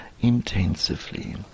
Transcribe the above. intensively